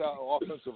offensive